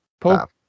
Paul